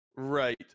Right